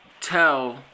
tell